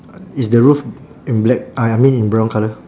is the roof in black uh I mean in brown colour